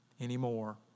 anymore